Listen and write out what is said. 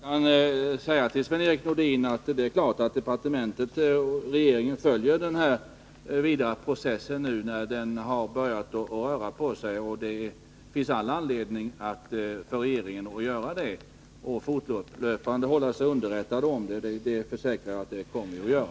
Herr talman! Jag kan säga till Sven-Erik Nordin att det är klart att departementet och regeringen följer den vidare processen, när den nu har börjat röra på sig. Det finns all anledning för regeringen att göra det och att fortlöpande hålla sig underrättad, och det försäkrar jag att vi kommer att göra.